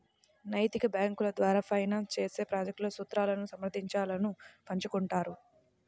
నైతిక బ్యేంకుల ద్వారా ఫైనాన్స్ చేసే ప్రాజెక్ట్లలో సూత్రాలను సమర్థించాలను పంచుకుంటారు